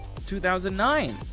2009